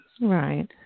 right